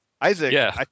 Isaac